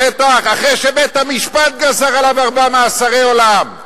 בטח, אחרי שבית-המשפט גזר עליו ארבעה מאסרי עולם,